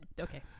okay